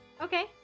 Okay